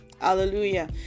hallelujah